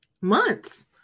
Months